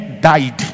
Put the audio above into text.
died